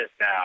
now